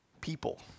people